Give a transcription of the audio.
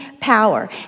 power